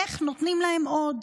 איך נותנים להם עוד?